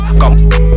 come